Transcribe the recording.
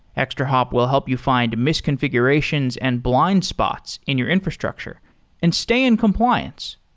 extrahop will help you find misconfigurations and blind spots in your infrastructure and stay in compliance.